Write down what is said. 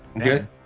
Okay